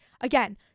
Again